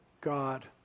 God